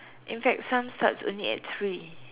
in fact some starts only at three